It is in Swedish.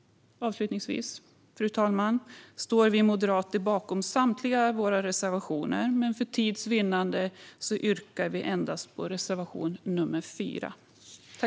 Fru talman! Vi moderater står bakom samtliga av våra reservationer. För tids vinnande yrkar jag bifall endast till reservation nr 4.